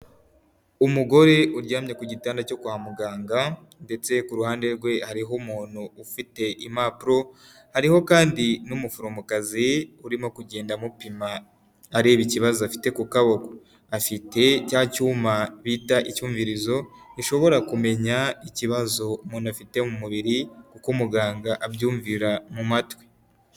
Umugore uryamye ku gitanda cyo kwa muganga ndetse kuhande rwe hariho umuntu ufite impapuro hariho kandi n'umuforomokazi, urimo kugenda amupima areba ikibazo afite ku kaboko, afite cya cyuma bita icyumvirizo, ushobora kumenya ikibazo umuntu afite mu mubiri, kuko umuganga abyumvira mu matwi.